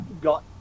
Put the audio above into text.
got